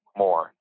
more